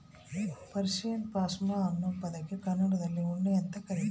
Persian ಪಾಷ್ಮಾ ಅನ್ನೋ ಪದಕ್ಕೆ ಕನ್ನಡದಲ್ಲಿ ಉಣ್ಣೆ ಅಂತ ಕರೀತಾರ